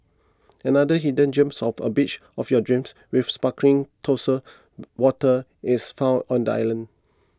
another hidden gems of a beach of your dreams with sparkling turquoise waters is found on the island